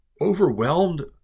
overwhelmed